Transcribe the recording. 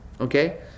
Okay